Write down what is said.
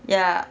ya